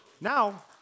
Now